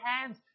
hands